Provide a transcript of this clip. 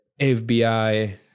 FBI